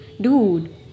Dude